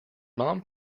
mom